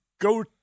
go